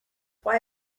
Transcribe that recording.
why